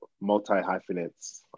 multi-hyphenates